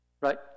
right